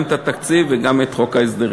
גם את התקציב וגם את חוק ההסדרים.